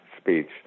speech